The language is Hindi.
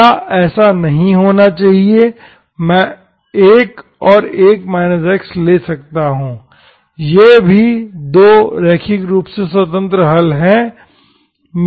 या ऐसा नहीं होना चाहिए मैं 1 और 1 x ले सकता हूं ये भी दो रैखिक रूप से स्वतंत्र हल हैं